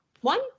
one